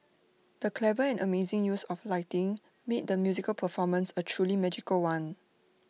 the clever and amazing use of lighting made the musical performance A truly magical one